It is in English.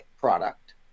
product